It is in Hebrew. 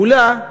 מולה,